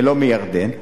ולא מירדן.